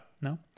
No